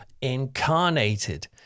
incarnated